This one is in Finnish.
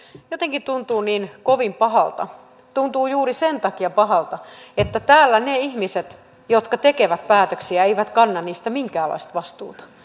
jotenkin tuntuu niin kovin pahalta tuntuu juuri sen takia pahalta että täällä ne ihmiset jotka tekevät päätöksiä eivät kanna niistä minkäänlaista vastuuta